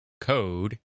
code